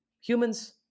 Humans